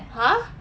!huh!